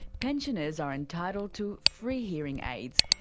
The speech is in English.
pensioners are entitled to free hearing aids,